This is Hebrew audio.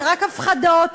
רק הפחדות,